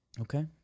Okay